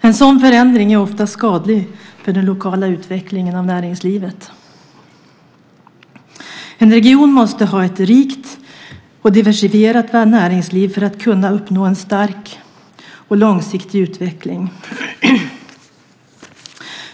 En sådan förändring är oftast skadlig för den lokala utvecklingen av näringslivet. En region måste ha ett rikt och diversifierat näringsliv för att kunna uppnå en stark och långtsiktig utveckling.